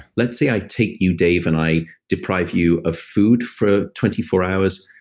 let's say i take you, dave and i deprive you of food for twenty four hours.